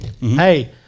Hey